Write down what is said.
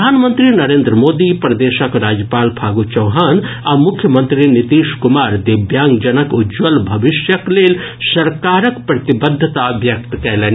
प्रधानमंत्री नरेन्द्र मोदी प्रदेशक राज्यपाल फागू चौहान आ मुख्यमंत्री नीतीश कुमार दिव्यांगजनक उज्जवल भविष्यक लेल सरकारक प्रतिबद्धता व्यक्त कयलनि